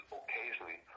occasionally